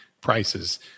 prices